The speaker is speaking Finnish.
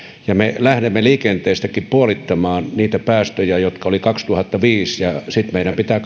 ja me lähdemme liikenteestäkin puolittamaan niitä päästöjä jotka olivat kaksituhattaviisi ja sitten meidän pitää